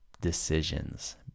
decisions